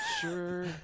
sure